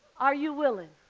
are you willing?